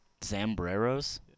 Zambreros